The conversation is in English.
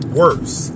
worse